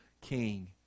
king